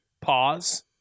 Pause